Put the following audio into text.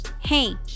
hey